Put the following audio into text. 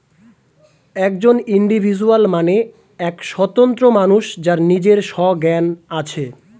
একজন ইন্ডিভিজুয়াল মানে এক স্বতন্ত্র মানুষ যার নিজের সজ্ঞান আছে